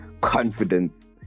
confidence